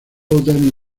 danny